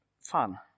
fun